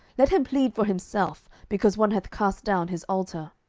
let him plead for himself, because one hath cast down his altar.